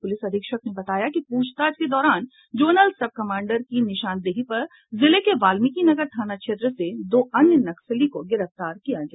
police अधीक्षक ने बताया कि पूछताछ के दौरान जोनल सब कमांडर की निशानदेही पर जिले के बाल्मीकीनगर थाना क्षेत्र से दो अन्य नक्सली को गिरफ्तार किया गया